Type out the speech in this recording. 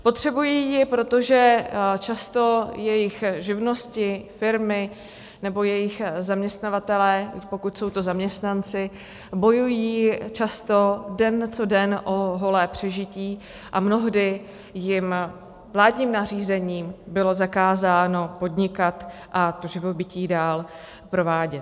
Potřebují ji, protože často jejich živnosti, firmy nebo jejich zaměstnavatelé, pokud jsou to zaměstnanci, bojují často den co den o holé přežití a mnohdy jim vládním nařízením bylo zakázáno podnikat a živobytí dál provádět.